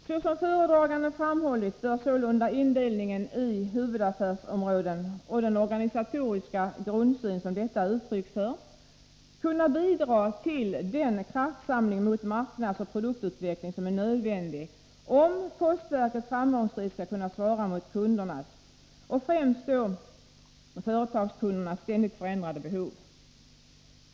Såsom föredraganden framhållit bör sålunda indelningen i huvudaffärsområden och den organisatoriska grundsyn som detta är uttryck för kunna bidra till den kraftsamling mot marknadsoch produktutveckling som är nödvändig om postverket framgångsrikt skall kunna svara mot kundernas — främst företagskundernas — ständigt förändrade behov.